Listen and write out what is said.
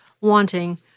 wanting